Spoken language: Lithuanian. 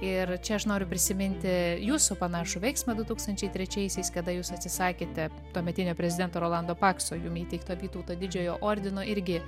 ir čia aš noriu prisiminti jūsų panašų veiksmą du tūkstančiai trečiaisiais kada jūs atsisakėte tuometinio prezidento rolando pakso jum įteikto vytauto didžiojo ordino irgi